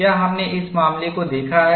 क्या हमने इस मामले को देखा है